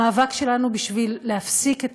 המאבק שלנו להפסיק את